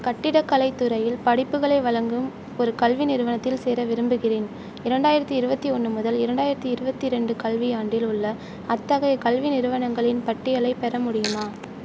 கட்டிடக்கலைத் துறையில் படிப்புகளை வழங்கும் ஒரு கல்வி நிறுவனத்தில் சேர விரும்புகிறேன் இரண்டாயிரத்தி இருபத்தி ஒன்று முதல் இரண்டாயிரத்தி இருபத்தி ரெண்டு கல்வியாண்டில் உள்ள அத்தகைய கல்வி நிறுவனங்களின் பட்டியலைப் பெற முடியுமா